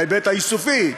בהיבט האיסופי,